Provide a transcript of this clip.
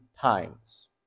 times